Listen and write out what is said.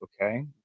okay